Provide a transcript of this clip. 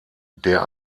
der